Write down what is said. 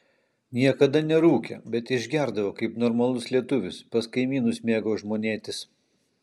niekada nerūkė bet išgerdavo kaip normalus lietuvis pas kaimynus mėgo žmonėtis